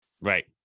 Right